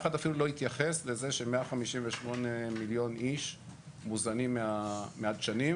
אחד אפילו לא התייחס לזה ש-158 מיליון איש מוזנים מהדשנים,